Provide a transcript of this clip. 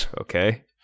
Okay